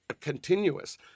continuous